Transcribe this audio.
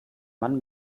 mann